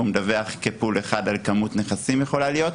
והוא מדווח על מספר נכסים בבת-אחת.